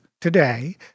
today